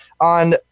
on